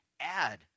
add